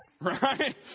right